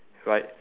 right